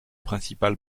principal